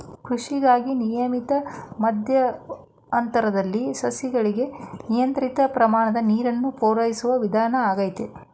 ಕೃಷಿಗಾಗಿ ನಿಯಮಿತ ಮಧ್ಯಂತರದಲ್ಲಿ ಸಸ್ಯಗಳಿಗೆ ನಿಯಂತ್ರಿತ ಪ್ರಮಾಣದ ನೀರನ್ನು ಪೂರೈಸೋ ವಿಧಾನ ಆಗೈತೆ